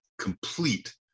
complete